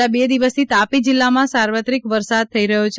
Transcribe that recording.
છેલ્લાં બે દિવસથી તાપી જિલ્લામાં સાર્વત્રિક વરસાદ થઈ રહ્યો છે